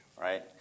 right